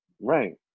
Right